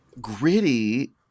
gritty